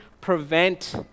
prevent